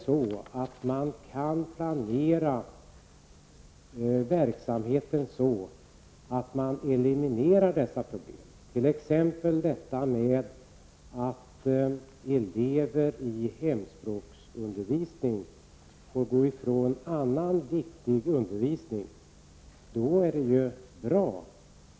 Om man kan planera verksamheten så att man eliminerar dessa problem -- t.ex. att elever i hemspråksundervisning får gå ifrån annan viktig undervisning -- är det bra.